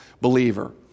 believer